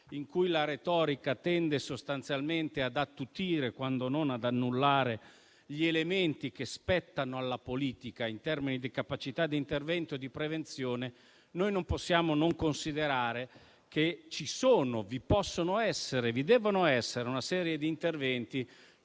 in cui la retorica tende sostanzialmente ad attutire, quando non ad annullare, gli elementi che spettano alla politica in termini di capacità di intervento e di prevenzione, non possiamo non considerare che vi sono o vi possono e vi devono essere una serie di interventi